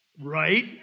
right